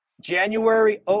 January